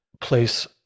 place